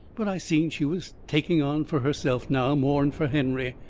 but i seen she was taking on fur herself now more'n fur henry.